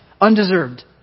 Undeserved